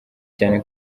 cyane